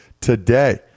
today